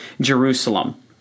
Jerusalem